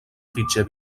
fitxer